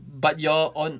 but you're on